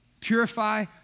Purify